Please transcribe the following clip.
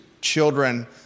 children